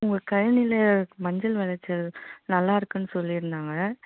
உங்கள் கழனியில் மஞ்சள் விளைச்சல் நல்லாயிருக்குனு சொல்லியிருந்தாங்க